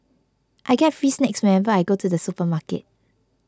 I get free snacks whenever I go to the supermarket